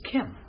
Kim